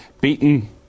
beaten